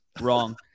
Wrong